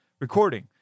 recording